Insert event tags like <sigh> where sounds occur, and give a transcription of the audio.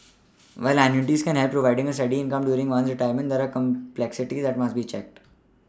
<noise> while annuities can help with providing a steady income during one's retirement there are complexities that must be checked